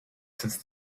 since